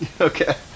Okay